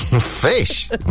Fish